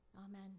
Amen